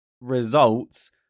results